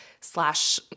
slash